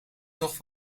nog